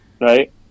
right